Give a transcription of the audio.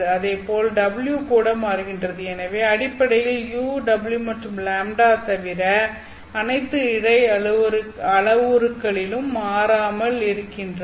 அதே போல் w கூட மாறுகிறது எனவே அடிப்படையில் u w மற்றும் λ தவிர வேறு அனைத்து இழை அளவுருக்களிலும் மாறாமல் இருக்கின்றது